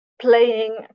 playing